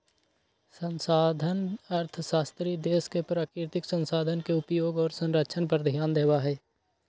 संसाधन अर्थशास्त्री देश के प्राकृतिक संसाधन के उपयोग और संरक्षण पर ध्यान देवा हई